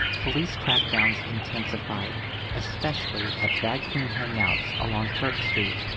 police crackdowns intensified especially at drag queen hangouts along turk street,